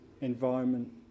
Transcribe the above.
environment